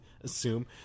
assume